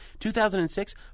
2006